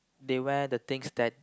they wear the things that